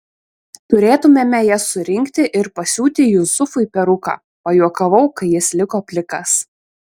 turėtumėme jas surinkti ir pasiūti jusufui peruką pajuokavau kai jis liko plikas